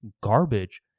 garbage